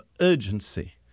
urgency